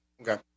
Okay